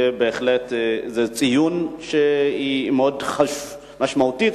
ובהחלט זה ציון שהוא מאוד משמעותי,